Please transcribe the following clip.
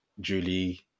Julie